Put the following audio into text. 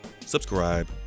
subscribe